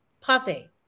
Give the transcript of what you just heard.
puffy